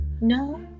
No